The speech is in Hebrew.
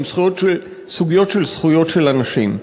הן סוגיות של זכויות של אנשים.